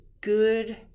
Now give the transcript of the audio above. good